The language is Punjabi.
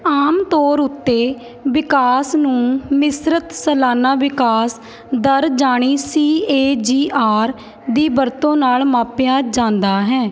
ਆਮ ਤੌਰ ਉੱਤੇ ਵਿਕਾਸ ਨੂੰ ਮਿਸ਼ਰਤ ਸਾਲਾਨਾ ਵਿਕਾਸ ਦਰ ਜਾਣੀ ਸੀ ਏ ਜੀ ਆਰ ਦੀ ਵਰਤੋਂ ਨਾਲ ਮਾਪਿਆ ਜਾਂਦਾ ਹੈ